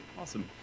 Awesome